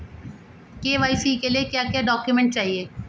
KYC के लिए क्या क्या डॉक्यूमेंट चाहिए?